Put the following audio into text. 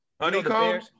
honeycomb